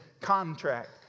contract